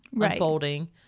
unfolding